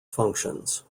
functions